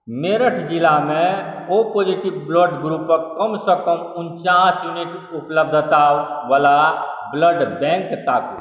मेरठ जिलामे O positive blood group क कमसँ कम उनचास यूनिट उपलब्धतावला ब्लड बैङ्क ताकू